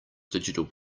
digital